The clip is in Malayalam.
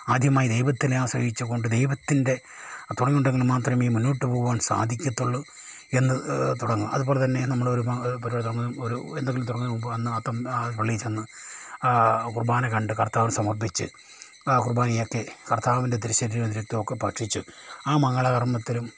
ആദ്യമായി ദൈവത്തിനെ ആശ്രയിച്ചു കൊണ്ട് ദൈവത്തിൻ്റെ തുണയുണ്ടെങ്കിൽ മാത്രമേ മുന്നോട്ട് പോവാൻ സാധിക്കുകയുള്ളൂ എന്ന തുടങ്ങും അതുപോലെ തന്നെ നമ്മൾ ഒരുപാട് ഒരു എന്തെങ്കിലും തുടങ്ങുന്നതിന് മുമ്പ് അന്ന് പള്ളിയിൽ ചെന്ന് കുർബ്ബാന കണ്ടു കർത്താവ് സമർപ്പിച്ച് കുർബാനയൊക്കെ കർത്താവിൻ്റെ തിരു ശരീരം രക്തമൊക്കെ ഭക്ഷിച്ച് ആ മംഗളകർമ്മത്തിലും